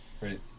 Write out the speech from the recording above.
Right